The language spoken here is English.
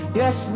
yes